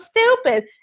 stupid